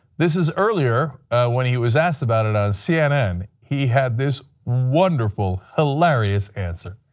this is earlier when he was asked about it on cnn, he had this wonderful, hilarious answer.